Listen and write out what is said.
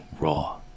raw